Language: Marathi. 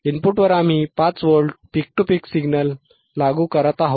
इनपुटवर आम्ही 5 volt peak to peak signal लागू करत आहोत